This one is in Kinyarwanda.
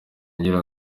ngira